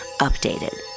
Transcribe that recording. Updated